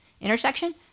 intersection